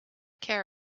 care